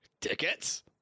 tickets